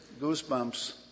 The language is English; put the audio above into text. Goosebumps